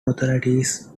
authorities